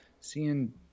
Seeing